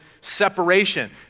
separation